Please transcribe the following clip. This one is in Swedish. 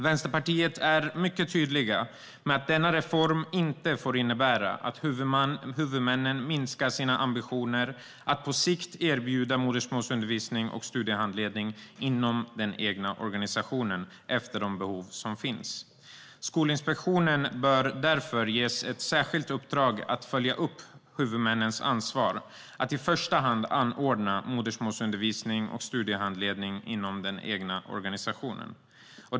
Vänsterpartiet är tydligt med att denna reform inte får innebära att huvudmännen minskar sina ambitioner att på sikt erbjuda modersmålsundervisning och studiehandledning inom den egna organisationen efter de behov som finns. Skolinspektionen bör därför ges ett särskilt uppdrag att följa upp huvudmännens ansvar att i första hand anordna modersmålsundervisning och studiehandledning inom den egna organisationen.